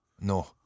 No